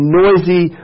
noisy